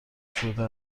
شده